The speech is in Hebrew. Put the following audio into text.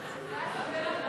1 נתקבל.